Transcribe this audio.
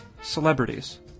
celebrities